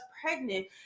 pregnant